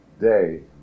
day